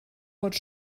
bod